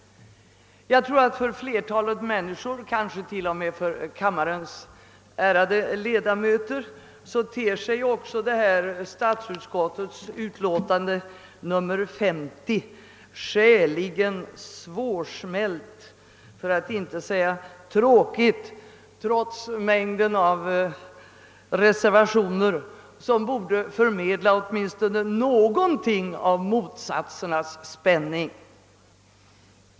Jag tror att för flertalet människor, kanske t.o.m. för kammarens ärade ledamöter, detta statsutskottets utlåtande nr 50 ter sig skäligen svårsmält, för att inte säga tråkigt, trots mängden av reservationer, som borde förmedla åtminstone något av motsatsernas spänning.